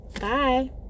bye